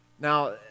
Now